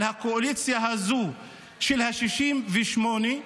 על הקואליציה הזאת של ה-68,